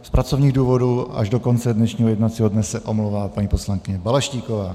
Z pracovních důvodů se až do konce dnešního jednacího dne omlouvá paní poslankyně Balaštíková.